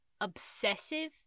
obsessive